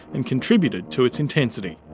and contributed to its intensity.